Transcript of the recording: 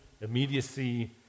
immediacy